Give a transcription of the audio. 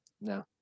no